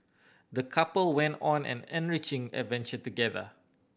the couple went on an enriching adventure together